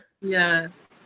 Yes